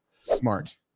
Smart